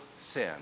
sin